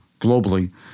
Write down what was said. globally